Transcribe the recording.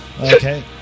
okay